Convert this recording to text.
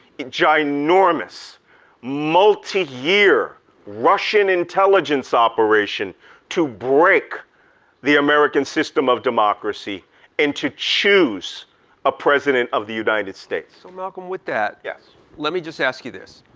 ginormous, multi-year russian intelligence operation to break the american system of democracy and to choose a president of the united states. so malcolm, with that. yes? let me just ask you this.